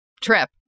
trip